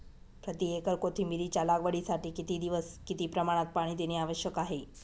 प्रति एकर कोथिंबिरीच्या लागवडीसाठी किती दिवस किती प्रमाणात पाणी देणे आवश्यक आहे?